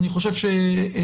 אני חושב שראוי